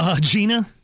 Gina